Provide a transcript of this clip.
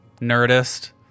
Nerdist